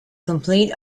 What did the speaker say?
complete